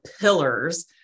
pillars